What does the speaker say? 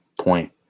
point